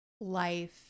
life